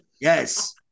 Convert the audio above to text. Yes